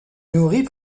nourrit